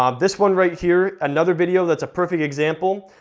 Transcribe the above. um this one right here, another video that's a perfect example,